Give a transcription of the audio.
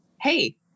hey